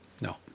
No